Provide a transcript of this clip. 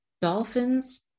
Dolphins